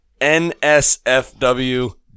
NSFW